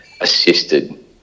assisted